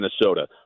Minnesota